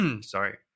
Sorry